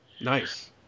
Nice